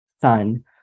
son